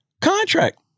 contract